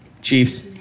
Chiefs